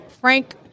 Frank